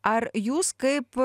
ar jūs kaip